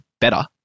better